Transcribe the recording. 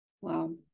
Wow